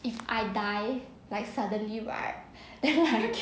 if I die like suddenly right then I